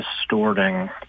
distorting